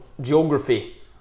geography